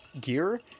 gear